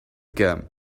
come